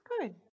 good